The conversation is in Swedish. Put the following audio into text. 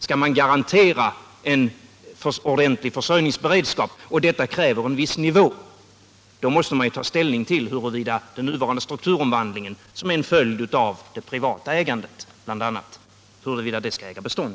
Skall man garantera en ordentlig försörjningsberedskap, som kräver en viss nivå, måste man ta ställning till huruvida den nuvarande strukturomvandlingen, som bl.a. är en följd av det privata ägandet, skall äga bestånd.